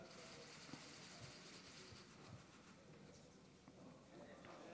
חבריי